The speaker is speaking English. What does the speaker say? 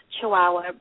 chihuahua